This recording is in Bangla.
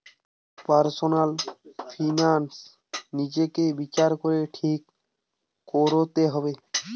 পার্সনাল ফিনান্স নিজেকে বিচার করে ঠিক কোরতে হবে